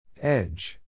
Edge